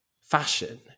fashion